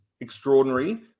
extraordinary